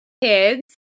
kids